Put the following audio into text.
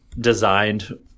designed